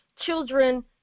children